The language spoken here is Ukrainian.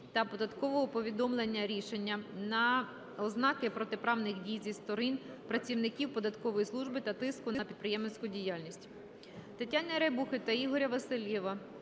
та податкового повідомлення-рішення на ознаки протиправних дій зі сторони працівників податкової служби та тиску на підприємницьку діяльність.